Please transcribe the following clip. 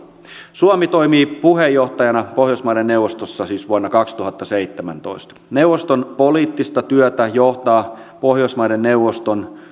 suomi toimii puheenjohtajana pohjoismaiden neuvostossa siis vuonna kaksituhattaseitsemäntoista neuvoston poliittista työtä johtavat pohjoismaiden neuvoston